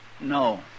No